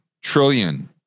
trillion